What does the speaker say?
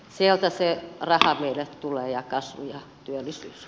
sieltä se raha meille tulee ja kasvu ja työllisyys